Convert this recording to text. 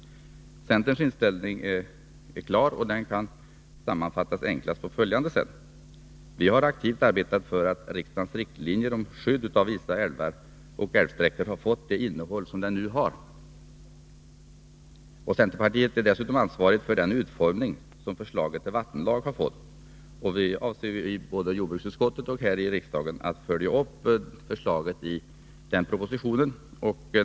Centerns inställning är klar och kan sammanfattas enklast på följande sätt. Vi har aktivt arbetat för att riksdagens riktlinjer om skydd av vissa älvar och älvsträckor skulle få det innehåll som de nu har. Centerpartiet är dessutom ansvarigt för den utformning som förslaget till vattenlag har fått, och vi avser att både i jordbruksutskottet och i kammaren följa upp propositionens förslag.